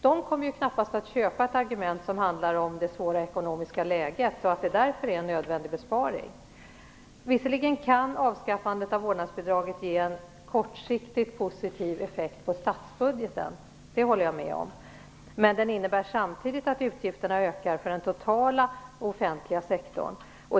De kommer knappast att falla för argument som att detta är en nödvändig besparing på grund av det svåra ekonomiska läget. Visserligen kan avskaffandet av vårdnadsbidraget ge en kortsiktigt positiv effekt på statsbudgeten; det håller jag med om. Men den innebär samtidigt att utgifterna ökar för den totala offentliga sektorn.